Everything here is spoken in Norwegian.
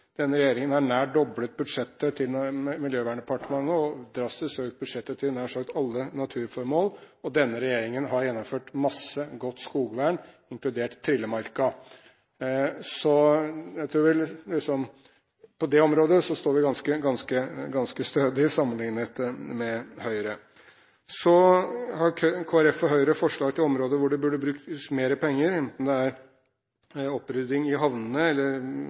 Denne regjeringen har nær doblet budsjettet til Miljøverndepartementet og drastisk økt budsjettene til nær sagt alle naturformål, og denne regjeringen har gjennomført mye godt skogvern, inkludert Trillemarka. Jeg tror at vi på det området står ganske stødig sammenlignet med Høyre. Så har Kristelig Folkeparti og Høyre forslag til områder der det burde brukes mer penger, enten det gjelder opprydding i havnene eller